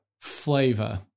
flavor